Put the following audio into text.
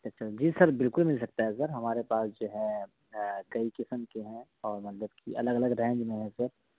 اچھا جی سر بالکل مل سکتا ہے سر ہمارے پاس جو ہے کئی قسم کے ہیں اور مطلب کہ الگ الگ رینج میں ہیں سر